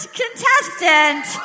contestant